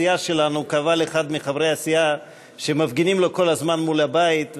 בסיעה שלנו קבל אחד מחברי הסיעה שמפגינים לו כל הזמן מול הבית,